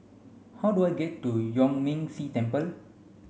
how do I get to Yuan Ming Si Temple